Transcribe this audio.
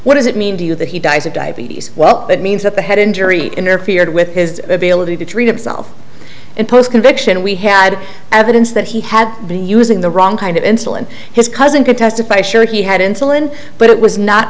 what does it mean to you that he dies of diabetes well it means that the head injury interfered with his ability to treat himself in post conviction we had evidence that he had been using the wrong kind of insulin his cousin could testify show he had insulin but it was not